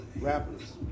rappers